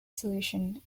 solution